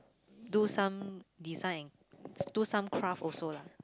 do some design and do some craft also lah